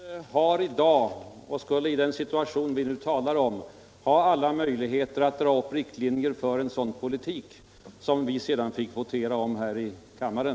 Herr talman! Finansutskottet har i dag och skulle i den situation som vi nu talar om ha alla möjligheter att dra upp riktlinjer för en alternativ ekonomisk politik, som vi sedan fick votera om här i kammaren.